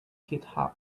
github